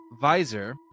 visor